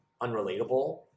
unrelatable